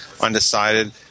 undecided